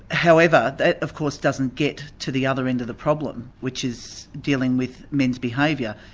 however, that of course doesn't get to the other end of the problem, which is dealing with men's behaviour,